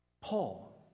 Paul